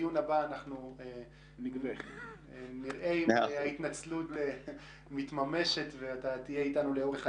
בדיון הבא נראה אם ההתנצלות מתממשת ואתה תהיה איתנו לאורך הדיון.